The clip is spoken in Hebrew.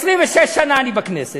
26 שנה אני בכנסת,